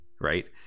right